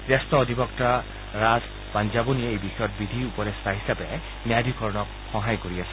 জ্যেষ্ঠ অভিবক্তা ৰাজ পাঞ্জাৱনীয়ে এই বিষয়ত বিধি উপদেষ্টা হিচাপে ন্যায়াধীকৰণক সহায় কৰি আছে